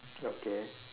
okay